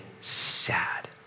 sad